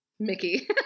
mickey